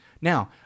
Now